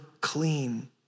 clean